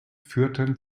führten